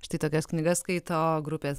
štai tokias knygas skaito grupės